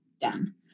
done